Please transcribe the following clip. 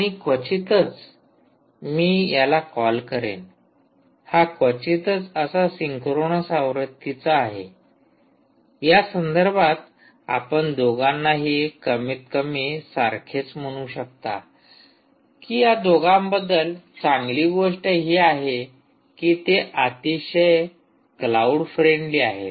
आणि मी क्वचितच याला कॉल करेन हा क्वचितच असा सिंक्रोनस आवृत्तीचा आहे यासंदर्भात आपण दोघांनाही कमीतकमी सारखेच म्हणू शकता की या दोघांबद्दल चांगली गोष्ट ही आहे की ते अतिशय क्लाउड फ्रेंडली आहेत